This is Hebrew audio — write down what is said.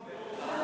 לך,